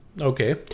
Okay